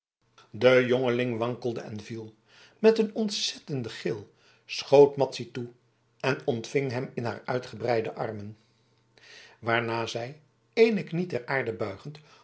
de jongeling wankelde en viel met een ontzettenden gil schoot madzy toe en ontving hem in haar uitgebreide armen waarna zij eene knie ter aarde